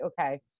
okay